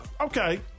okay